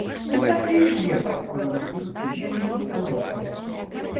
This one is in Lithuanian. italija išlieka koronaviruso židiniu europoje